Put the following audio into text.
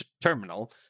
terminal